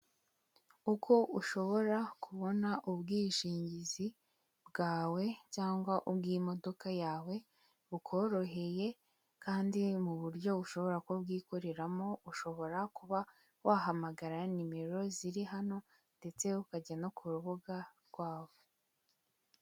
Uko ushobora kubona ubwishingizi bwawe cyangwa ubw'imodoka yawe bukoroheye kandi mu buryo ushobora kubwikoreramo, ushobora kuba wahamagara nimero ziri hano, ndetse ukajya no ku rubuga rwabo.